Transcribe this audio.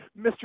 Mr